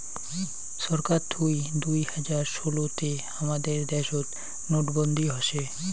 ছরকার থুই দুই হাজার ষোলো তে হামাদের দ্যাশোত নোটবন্দি হসে